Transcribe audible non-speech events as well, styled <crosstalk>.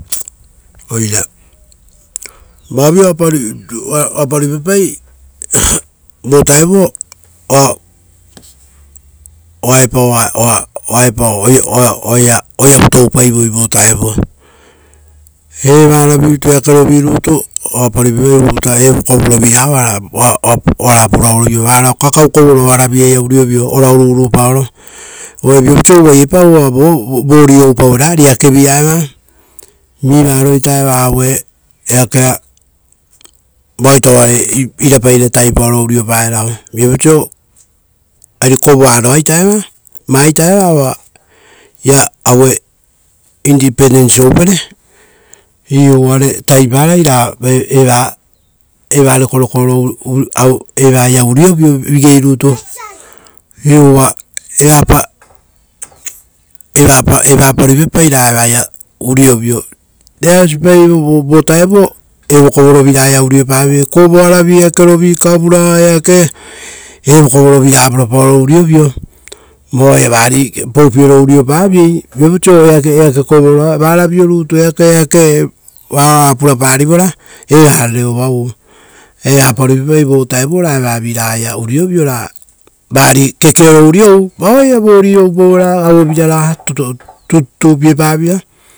<noise> Oire vaovio oapa ruipapai <noise> vo vutao oa oa oa epao oaia oevu toupaivoi vo vutao. Evara virata eakoro virutu ruipapai vo vutao ia, evo kovorovi ragaa oo- ora puraoro urio vio, varao kakau kovoro ora via ia uriovio ora ururu paoro. Uvare viapau oiso uvai epao uva vori oupa uera, ari eake via eva, vivaro aita eva aue eakea vaoita oa ira pairara tavipaoro uriopa erao. Viapau oiso ari karoaroa ita eva, vaita eva oia aue independence oupere. Iuu oare taviparai ra eva eva rekokoko oro ia urio vio vigei rutu. Iu uva evapa evapa ruipapa ra evaia uriovio. Reasi pa vo vutao evo kovoro ragaia uriovio. Reasi pa vo vutao evo kovoro ragaia uriovio, koroavi, eakerovi kavura eake. evo kovoro viraga purapaoro uriovio. Vao ia oia vari, poupe oro urio paviei. Viapau oiso eake kovoroa, varao rutu eake varao ora purapa rivora evarare ovauu. Evapa ruipapai vovutao raa evavi ragaia uriovio ra, vari kekeoro uriou vari oaia vori oupauera aue vira raga tututupie pavira.